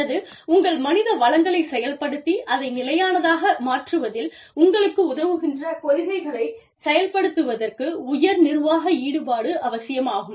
அல்லது உங்கள் மனித வளங்களை செயல்படுத்தி அதை நிலையானதாக மாற்றுவதில் உங்களுக்கு உதவுகின்ற கொள்கைகளைச் செயல்படுத்துவதற்கு உயர் நிர்வாக ஈடுபாடு அவசியமாகும்